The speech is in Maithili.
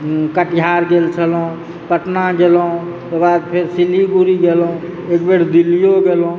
कटिहार गेल छलहुँ पटना गेलहुँ ओकर बाद फेर सिल्लीगुड़ी गेलहुँ एक बेर दिल्लियो गेलहुँ